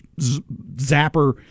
zapper